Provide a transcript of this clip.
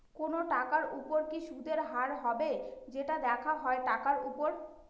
কোনো টাকার উপর কি সুদের হার হবে, সেটা দেখা হয় টাকার উপর